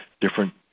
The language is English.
different